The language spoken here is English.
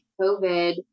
COVID